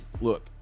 look